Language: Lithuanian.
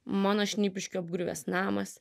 mano šnipiškių apgriuvęs namas